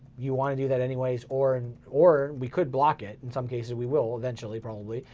you wanna do that anyways or or we could block it, in some cases we will eventually probably.